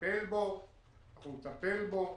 אנחנו נטפל בו.